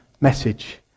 message